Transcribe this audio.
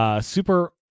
Super